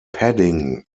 padding